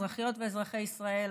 אזרחיות ואזרחי ישראל,